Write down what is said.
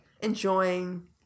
enjoying